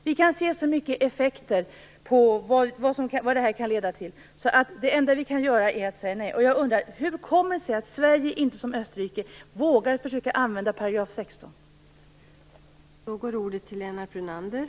Vi kan se vilka effekter detta kan få, och det enda vi kan göra är att säga nej. Jag undrar hur det kommer sig att Sverige inte vågar försöka använda artikel 16, som Österrike har gjort.